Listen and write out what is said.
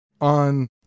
on